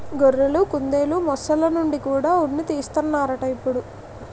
గొర్రెలు, కుందెలు, మొసల్ల నుండి కూడా ఉన్ని తీస్తన్నారట ఇప్పుడు